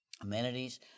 amenities